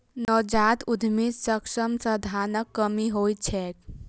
नवजात उद्यमीक समक्ष संसाधनक कमी होइत छैक